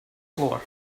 floor